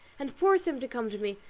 and force him to come to me.